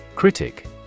Critic